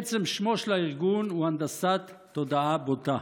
עצם שמו של הארגון הוא הנדסת תודעה בוטה.